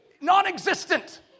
non-existent